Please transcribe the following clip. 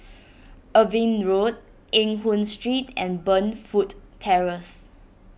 Irving Road Eng Hoon Street and Burnfoot Terrace